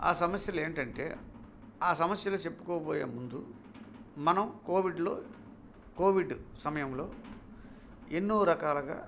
ఆ సమస్యలు ఏంటంటే ఆ సమస్యలు చెప్పబోయే ముందు మనం కోవిడ్లో కోవిడ్ సమయంలో ఎన్నో రకాలుగా